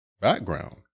background